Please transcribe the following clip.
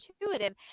intuitive